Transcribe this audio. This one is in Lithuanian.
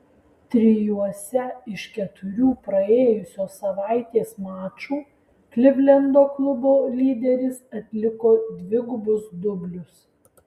trijuose iš keturių praėjusios savaitės mačų klivlendo klubo lyderis atliko dvigubus dublius